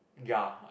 ya